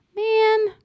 Man